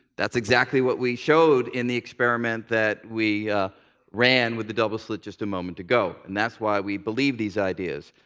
that's exactly what we showed in the experiment that we ran with the double slit just a moment ago. and that's why we believe these ideas.